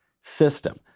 system